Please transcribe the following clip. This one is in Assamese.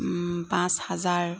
পাঁচ হাজাৰ